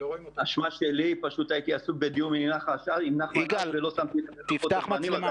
הייתי עסוק בדיון עם נחמן אש ולא שמתי לב ללוחות הזמנים,